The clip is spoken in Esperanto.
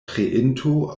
kreinto